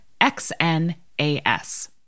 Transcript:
XNAS